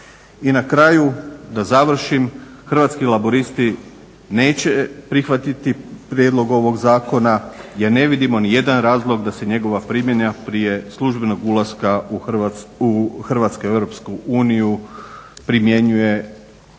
I na kraju da završim, Hrvatski laburisti neće prihvatiti prijedlog ovog zakona jer ne vidimo nijedan razlog da se njegova primjena prije službenog ulaska Hrvatske u EU primjenjuje